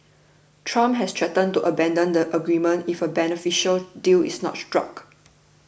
trump has threatened to abandon the agreement if a beneficial deal is not struck